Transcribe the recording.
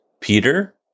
Peter